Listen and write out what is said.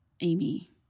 Amy